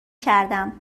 کردم